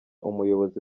umuyobozi